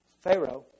Pharaoh